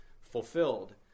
fulfilled